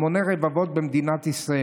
המוני רבבות במדינת ישראל.